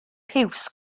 piws